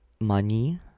money